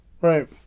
right